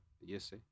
yes